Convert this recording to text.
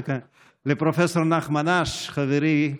לפרופ' נחמן אש חברי,